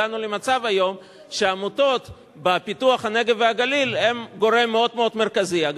הגענו היום למצב שעמותות הן גורם מאוד מאוד מרכזי בפיתוח הנגב והגליל,